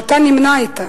שאתה נמנה עמה,